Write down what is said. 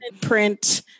print